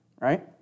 right